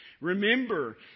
Remember